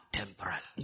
temporal